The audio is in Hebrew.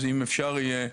אז אם אפשר יהיה,